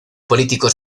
políticos